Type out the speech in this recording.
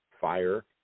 fire